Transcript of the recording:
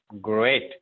Great